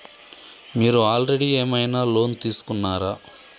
మీరు ఆల్రెడీ ఏమైనా లోన్ తీసుకున్నారా?